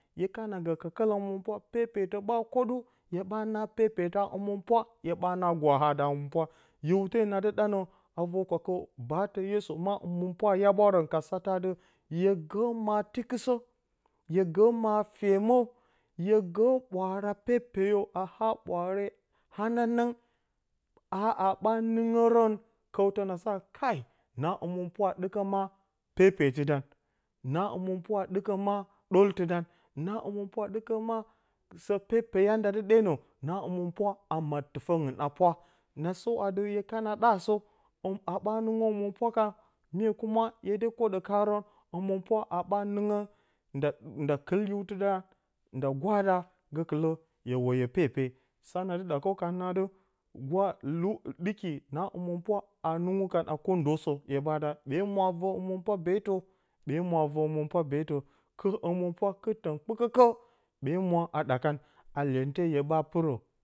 Hye kana gǝ ka kala hǝmɨnpwa, pepetǝ ɓa kwoɗu. Hye ɓa na pepeta hǝmɨnpwa, hye ɓa na gwaha da hǝmɨnpwa. Hiwte na dɨ ɗa nǝ, a vor kwakɨ baatǝ yesu ma hǝmɨnpwa a yaɓwarǝn ka satǝ atɨ, hye gǝǝ ma tikɨsǝ, hye gǝǝ ma femǝ, hye gǝǝ ɓwaara pepeyo a a ɓwaare ananang haa ɓa nɨngǝrǝn kǝw tǝna sa, kai! Na hǝmɨnpwa a ɗɨkǝ ma pepetɨ dan, na hǝmɨnpwa a ɗɨkǝ ma ɗoltɨ dan. na hǝmɨnpwa a ɗɨkǝ sǝ pepeya nda dɨ ɗenǝ, na hǝmɨnpwa maddǝ tɨfǝngɨn a pwa. Na sǝw atɨ hye kana ɗa sǝ haa ɓa nɨngǝ hǝmɨnpwa mye hye dɨ kwoɗǝ karǝn, hǝmɨnpwa haa ɓa nɨngǝn nda kɨl hiwtɨ da, nda gwa da. Gǝkɨlǝ hye woyo pepe. sa na dɨ ɗakǝw kan nǝ atɨ, ɗɨki na hǝmɨnpwa haa nɨngu kan a ndo sǝ hye ɓa ɗa. Ɓe mwa a vǝ hǝmɨnpwa beetǝ, ɓe mwa a vǝ hǝmɨnpwa beetǝ. ɨl hǝmɨnpwa kɨttǝn kpǝkǝkǝ. Ɓe mwa a ɗakan a lyente hye ɓa pɨrǝ.